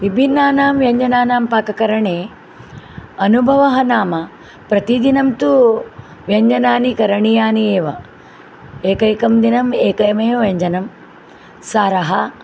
विभिन्नानां व्यञ्जनानां पाककरणे अनुभवः नाम प्रतिदिनं तु व्यञ्जनानि करणीयानि एव एकैकं दिनम् एकमेव व्यञ्जनं सारः